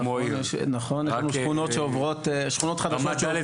רק רמת ד'